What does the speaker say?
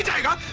ganga